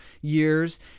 years